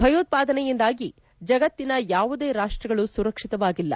ಭಯೋತ್ವಾದನೆಯಿಂದಾಗಿ ಜಗತ್ತಿನ ಯಾವುದೇ ರಾಷ್ವಗಳು ಸುರಕ್ಷಿತವಾಗಿಲ್ಲ